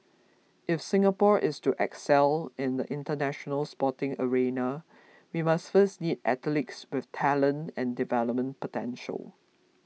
if Singapore is to excel in the International Sporting arena we must first need athletes with talent and development potential